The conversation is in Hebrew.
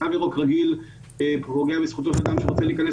תו ירוק רגיל פוגע בזכותו של אדם שרוצה להיכנס